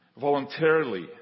voluntarily